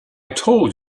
told